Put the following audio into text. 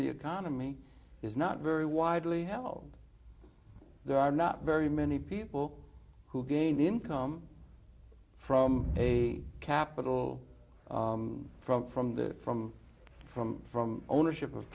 the economy is not very widely held there are not very many people who gain income from a capital from from the from from from ownership of